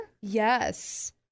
Yes